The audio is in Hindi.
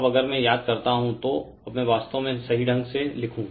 अब अगर मैं याद करता हूं तो अब मैं वास्तव में सही ढंग से लिखूं